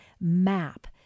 MAP